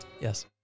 Yes